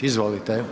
Izvolite.